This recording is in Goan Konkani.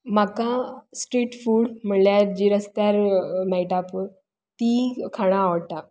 म्हाका स्ट्रीट फूड म्हणल्यार जी रस्त्यार मेळटा पळय ती खाणां आवडटा